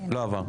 לא עבר.